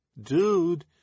Dude